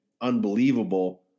unbelievable